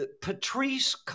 Patrice